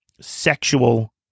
sexual